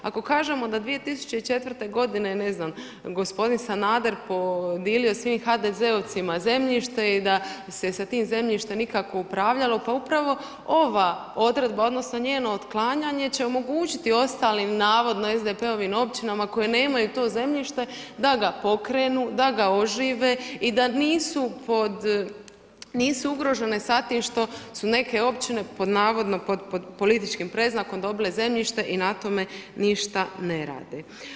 Ako kažemo da 2004. godine je gospodin Sanader podijelio svim HDZ-ovcima zemljište i da se sa tim zemljištem nikako upravljalo, pa upravo ova odredba odnosno njeno otklanjanje će omogućiti ostalim navodno SDP-ovim općinama koje nemaju to zemljište da ga pokrenu, da ga ožive i da nisu ugrožene sa tim što su neke općine pod navodno pod političkim predznakom dobile zemljište i na tome ništa ne rade.